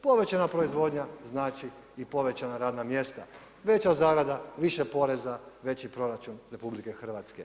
Povećana proizvodnja znači i povećana radna mjesta, veća zarada, više poreza, veći proračun RH.